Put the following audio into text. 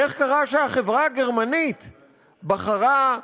איך קרה שהחברה הגרמנית בחרה,